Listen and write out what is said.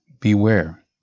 Beware